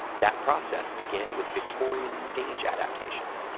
that process began with victorian stage adaptations,